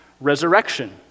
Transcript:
resurrection